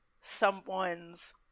someone's